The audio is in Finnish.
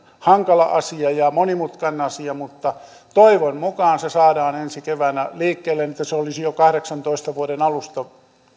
hankala asia ja monimutkainen asia mutta toivon mukaan se saadaan ensi keväänä liikkeelle että se olisi jo vuoden kahdeksantoista alusta